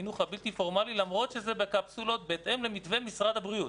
החינוך הבלתי פורמלי למרות שזה בקפסולות בהתאם למתווה משרד הבריאות.